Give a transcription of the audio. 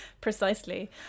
precisely